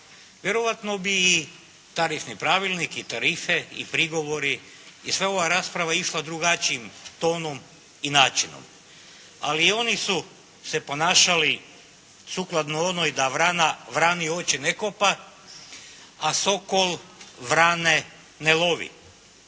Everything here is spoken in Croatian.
Vjerojatno bi i tarifni pravilnik i tarife i prigovori i sva ova rasprava išla drugačijim tonom i načinom, ali oni su se ponašali sukladno onoj da vrana vrani oči ne kopa, a sokol vrane ne lovi.